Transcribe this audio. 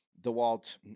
Dewalt